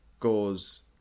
goes